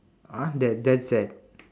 uh that that's that